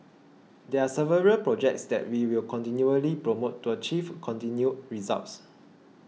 there are several projects that we will continually promote to achieve continued results